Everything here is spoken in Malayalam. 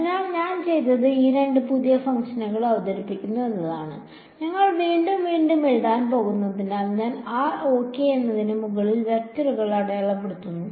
അതിനാൽ ഞാൻ ചെയ്തത് ഈ രണ്ട് പുതിയ ഫംഗ്ഷനുകൾ അവതരിപ്പിച്ചു എന്നതാണ് ഞങ്ങൾ വീണ്ടും വീണ്ടും എഴുതാൻ പോകുന്നതിനാൽ ഞാൻ r ok എന്നതിന് മുകളിൽ വെക്ടറുകൾ അടയാളപ്പെടുത്തുന്നു